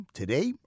today